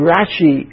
Rashi